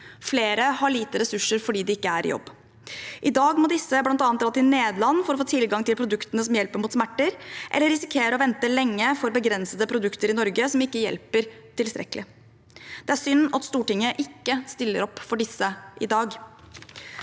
Flere har lite ressurser fordi de ikke er i jobb. I dag må disse bl.a. dra til Nederland for å få tilgang til produktene som hjelper mot smerter, eller risikere å vente lenge på begrensede produkter i Norge som ikke hjelper tilstrekkelig. Det er synd at Stortinget ikke stiller opp for disse i dag.